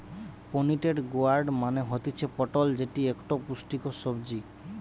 pointed gourd মানে হতিছে পটল যেটি একটো পুষ্টিকর সবজি